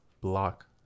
block